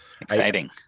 exciting